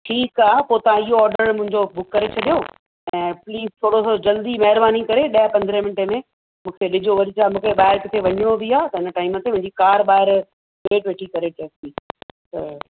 ठीकु आहे पोइ तव्हां इहो ऑडर मुंहिंजो बुक करे छडियो ऐं प्लीस थोरो सो जल्दी महिरबानी करे ॾह पंद्रहं मिन्टे में मूंखे ॾिजो वरी छा मूंखे ॿाहिरि किथे वञिणो बि आहे त इन टाईम में मुंहिंजी कार ॿाहिरि वेट वेठी करे टैक्सी त